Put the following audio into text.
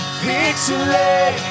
victory